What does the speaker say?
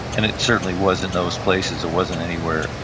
and it certainly was in those places. it wasn't anywhere,